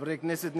חברי כנסת נכבדים,